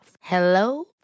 Hello